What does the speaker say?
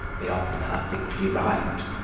they are perfectly right.